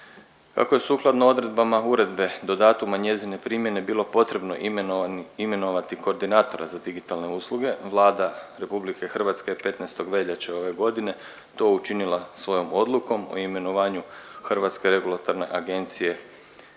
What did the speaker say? Kako je sukladno odredbama uredbe do datuma njezine primjene bilo potrebno imenovanim, imenovati koordinatora za digitalne usluge Vlada RH je 15. veljače ove godine to učinila svojom odlukom o imenovanju Hrvatske regulatorne agencije za